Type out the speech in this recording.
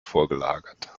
vorgelagert